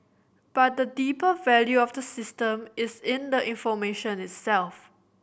but the deeper value of the system is in the information itself